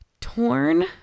torn